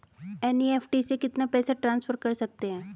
NEFT से कितना पैसा ट्रांसफर कर सकते हैं?